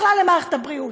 בכלל למערכת הבריאות,